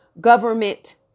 government